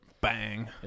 Bang